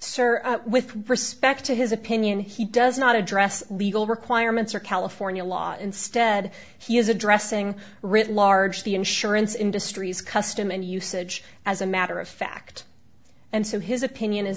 sir with respect to his opinion he does not address legal requirements or california law instead he is addressing written large the insurance industry's custom and usage as a matter of fact and so his opinion is